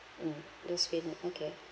mm just fill in okay